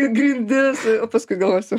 į grindis o paskui galvosiu